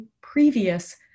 previous